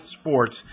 sports